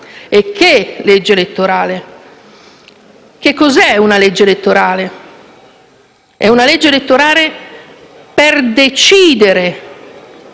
e che legge elettorale! Che cos'è una legge elettorale? La legge elettorale è quella